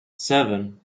seven